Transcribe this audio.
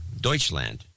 Deutschland